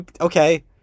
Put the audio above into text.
Okay